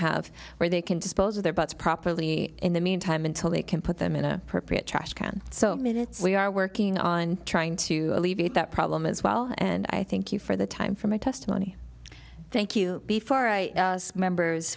have where they can dispose of their butts properly in the meantime until they can put them in a perfect trash can so minutes we are working on trying to alleviate that problem as well and i thank you for the time for my testimony thank you before i members